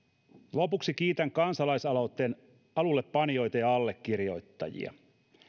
lopuksi kiitän kansalaisaloitteen alullepanijoita ja allekirjoittajia